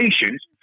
patients